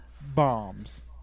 bombs